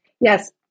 Yes